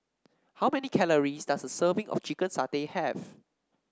how many calories does a serving of Chicken Satay have